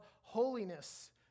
holiness